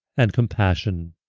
and compassion